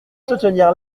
soutenir